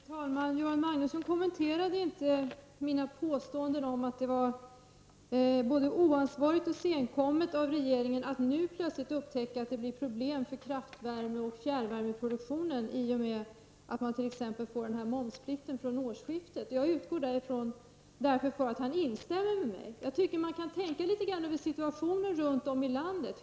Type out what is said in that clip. Fru talman! Göran Magnusson kommenterade inte mina påståenden om att det var både oansvarigt och senkommet av regeringen att nu plötsligt upptäcka att det blir problem för kraftvärme och fjärrvärmeproduktionen i och med att momsplikten införs från årsskiftet. Jag utgår därför från att han instämmer med mig. Man måste tänka litet grand över situationen runt om i landet.